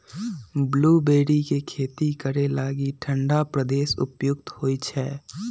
blueberry के खेती करे लागी ठण्डा प्रदेश उपयुक्त होइ छै